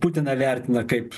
putiną vertina kaip